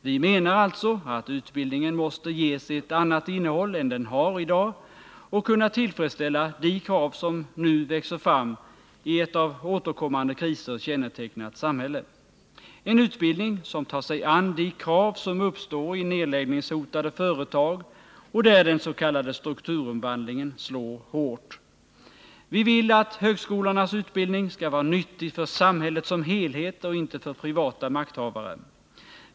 Vi menar alltså att utbildningen måste ges ett annat innehåll än den har i dag och kunna tillfredsställa de krav som nu växer fram i ett av återkommande kriser kännetecknat samhälle — en utbildning som tar sig an de krav som uppstår i nedläggningshotade företag och där den s.k. strukturomvandlingen slår hårt. Vi vill att högskolornas utbildning skall vara nyttig för samhället som helhet och inte för privata makthavare.